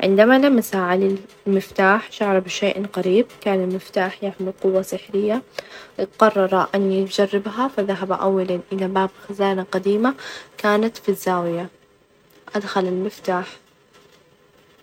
عندما لمس علي المفتاح شعر بشيء قريب كان المفتاح يحمل قوة سحرية، قرر أن يجربها فذهب أولًا إلى باب خزانة قديمة كانت في الزاوية، أدخل المفتاح.